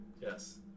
Yes